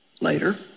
later